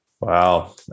Wow